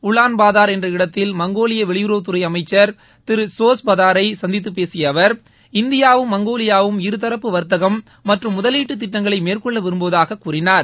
Ulan பதார் என்ற இடத்தில் மங்கோலிய வெளியுறவுத்துறை அமைச்சர் திரு சோஸ் பதாரை சந்தித்து பேசிய அவர் இந்தியாவும் மங்கோலியாவும் இருதரப்பு வர்த்தகம் மற்றும் முதலீட்டு திட்டங்களை மேற்கொள்ள விரும்புவதாகக் கூறினார்